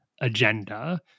agenda